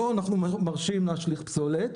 לו אנחנו מרשים להשליך פסולת.